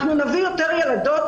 אנחנו נביא יותר ילדות,